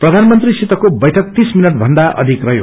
प्रधानमंत्री सितको बैठक तीस मिनट भन्दा अधिक रहयो